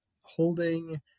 holding